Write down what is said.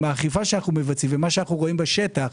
האכיפה שאנו מבצעים ומה שאנו רואים בשטח,